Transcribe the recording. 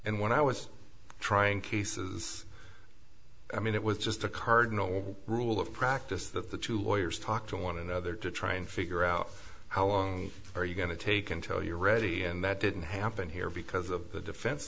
and when i was trying cases i mean it was just a cardinal rule of practice that the two lawyers talk to one another to try and figure out how long are you going to take until you're ready and that didn't happen here because of the defense